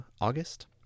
August